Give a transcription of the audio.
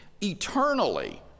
eternally